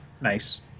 Nice